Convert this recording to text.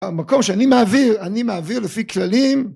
המקום שאני מעביר, אני מעביר לפי כללים.